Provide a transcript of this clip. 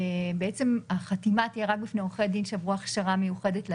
שבעצם החתימה תהיה רק בפני עורכי דין שעברו הכשרה מיוחדת לעניין.